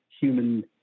human